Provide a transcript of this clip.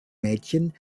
mädchen